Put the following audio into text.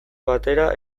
batera